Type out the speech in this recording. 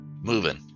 moving